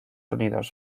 unidos